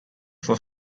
for